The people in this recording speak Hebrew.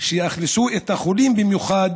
שיאכלסו את החולים, במיוחד